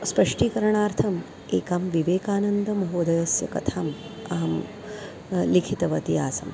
स्पष्टीकरणार्थम् एकां विवेकानन्दमहोदयस्य कथाम् अहं लिखितवती आसम्